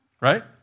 right